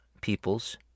peoples